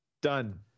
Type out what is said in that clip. Done